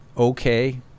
Okay